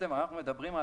אנחנו מדברים,